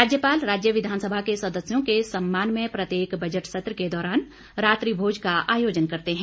राज्यपाल राज्य विधानसभा के सदस्यों के सम्मान में प्रत्येक बजट सत्र के दौरान रात्रि भोज का आयोजन करते है